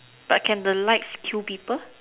but can the lights kill people